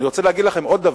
אני רוצה להגיד לכם עוד דבר: